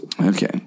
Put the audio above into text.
Okay